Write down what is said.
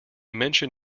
mention